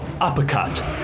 uppercut